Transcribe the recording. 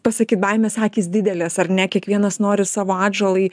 pasakyt baimės akys didelės ar ne kiekvienas nori savo atžalai